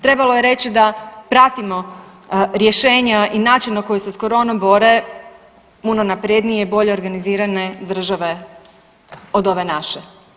Trebalo je reći da pratimo rješenja i način na koji se s koronom bore puno naprednije i bolje organizirane države od ove naše.